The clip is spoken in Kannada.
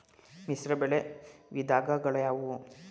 ಮಿಶ್ರಬೆಳೆ ವಿಧಗಳಾವುವು?